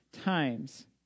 times